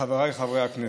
וחבריי חברי הכנסת,